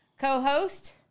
co-host